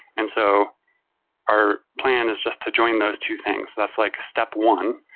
and so our plan is just to join those two things. that's like step one.